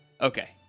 Okay